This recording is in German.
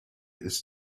ist